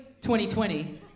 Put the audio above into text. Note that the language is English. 2020